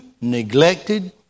neglected